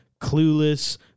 Clueless